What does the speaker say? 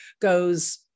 goes